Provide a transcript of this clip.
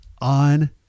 on